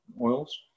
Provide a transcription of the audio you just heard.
oils